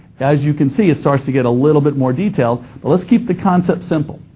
as you can see, it starts to get a little bit more detailed, but let's keep the concept simple.